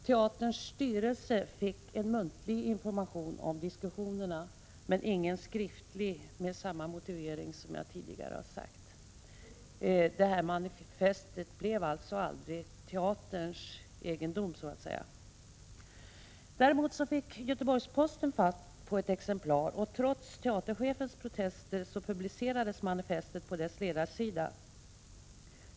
Teaterns styrelse fick muntlig information om diskussionerna men ingen skriftlig, med samma motivering som jag tidigare sagt. Teatern fick alltså aldrig någon förfoganderätt över manifestet. Däremot fick Göteborgs-Posten fatt på ett exemplar, och trots teaterchefens protester publicerades manifestet på dess ledarsida.